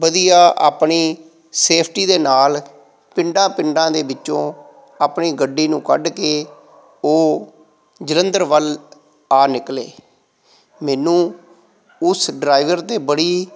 ਵਧੀਆ ਆਪਣੀ ਸੇਫਟੀ ਦੇ ਨਾਲ ਪਿੰਡਾਂ ਪਿੰਡਾਂ ਦੇ ਵਿੱਚੋਂ ਆਪਣੀ ਗੱਡੀ ਨੂੰ ਕੱਢ ਕੇ ਉਹ ਜਲੰਧਰ ਵੱਲ ਆ ਨਿਕਲੇ ਮੈਨੂੰ ਉਸ ਡਰਾਈਵਰ 'ਤੇ ਬੜੀ